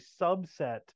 subset